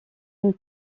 une